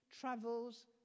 travels